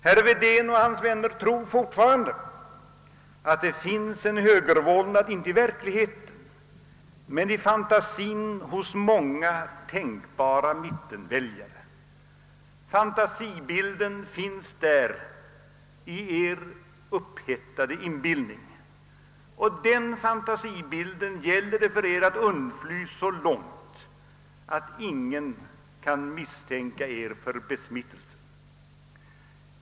Herr Wedén och hans vänner tror fortfarande att det finns en högervålnad — inte i verkligheten men i fantasien hos många tänkbara mittenväljare. Fantasibilden finns där i er upphettade inbillning, och den bilden gäller det för er att undfly så långt att ingen kan misstänka er för besmittelse.